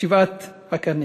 שבעת הקנים